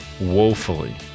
woefully